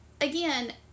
again